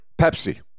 Pepsi